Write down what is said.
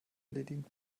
erledigen